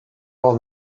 all